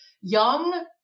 young